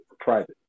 Private